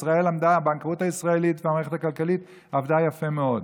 והבנקאות הישראלית והמערכת הכלכלית עבדו יפה מאוד.